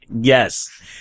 Yes